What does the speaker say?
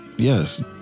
Yes